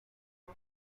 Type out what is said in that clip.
auf